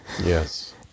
Yes